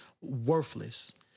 worthless